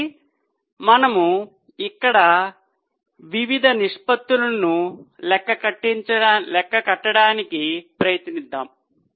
కాబట్టి మనము ఇక్కడ వివిధ నిష్పత్తులను లెక్కించడానికి ప్రయత్నించాము